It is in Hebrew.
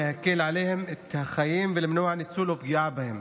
להקל עליהם את החיים ולמנוע ניצול או פגיעה בהם.